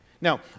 Now